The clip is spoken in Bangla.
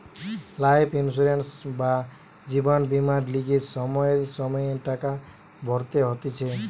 লাইফ ইন্সুরেন্স বা জীবন বীমার লিগে সময়ে সময়ে টাকা ভরতে হতিছে